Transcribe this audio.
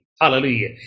Hallelujah